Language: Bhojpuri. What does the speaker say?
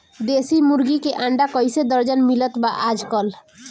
देशी मुर्गी के अंडा कइसे दर्जन मिलत बा आज कल?